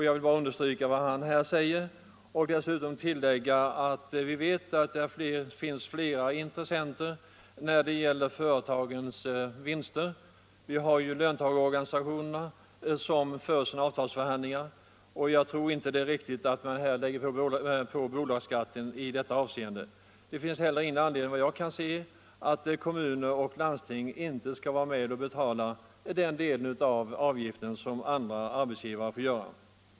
Jag vill bara understryka vad han har sagt och tillägga att vi vet att det finns flera intressenter när det gäller företagens vinster. Löntagarorganisationerna för ju sina avtalsförhandlingar, och jag tror inte det är riktigt att man ökar bolagsskatten i detta sammanhang. Det finns heller ingen an ledning, efter vad jag kan se, till att kommuner och landsting inte skall vara med och betala den del av avgiften som andra arbetsgivare får betala.